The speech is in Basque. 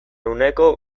uneko